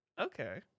Okay